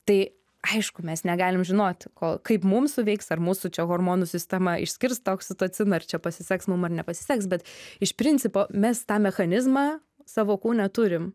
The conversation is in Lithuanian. tai aišku mes negalim žinoti ko kaip mums suveiks ar mūsų čia hormonų sistema išskirs tą okistociną ar čia pasiseks mum ar nepasiseks bet iš principo mes tą mechanizmą savo kūne turim